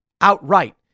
outright